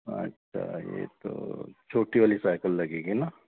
अच्छा ये तो छोटी वाली साइकिल लगेगी ना